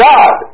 God